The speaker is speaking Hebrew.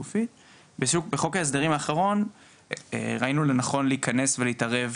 בחוק ההסדרים האחרון ראינו לנכון להיכנס ולהתערב,